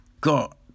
got